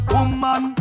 Woman